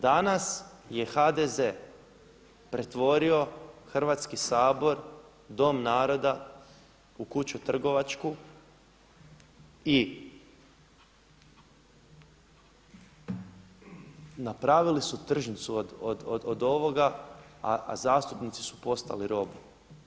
Danas je HDZ pretvorio Hrvatski sabor, dom naroda u kuću trgovačku i napravili su tržnicu od ovoga, a zastupnici su postali roblje.